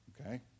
Okay